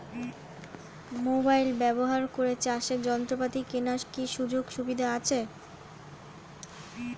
Mobile ব্যবহার করে চাষের যন্ত্রপাতি কেনার কি সুযোগ সুবিধা আছে?